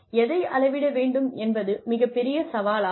எதை அளவிட வேண்டும் என்பது மிகப்பெரிய சவாலாகும்